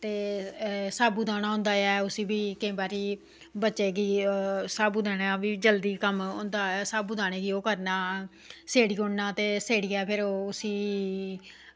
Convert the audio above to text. ते साबू दाना होंदा ऐ उसी बी केईं बारी ते बच्चें गी साबू दाना बी जल्दी कम्म केईं बारी कम्म होंदा ऐ ते साबू दाने गी ओह् करना सोड़ी ओड़ना ते सेड़ियै उसी